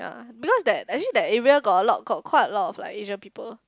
ya because that actually that area got a lot of got quite lot of like Asian people